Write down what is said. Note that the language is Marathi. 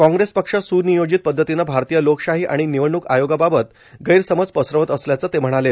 काँग्रेस पक्ष सुनियोजित पद्धतीनं भारतीय लोकशाही आणि निवडणुक आयोगाबाबत गैरसमज पसरवत असल्याचं ते म्हणाले